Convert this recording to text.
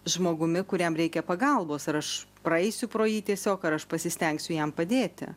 žmogumi kuriam reikia pagalbos ar aš praeisiu pro jį tiesiog ar aš pasistengsiu jam padėti